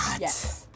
Yes